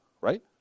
right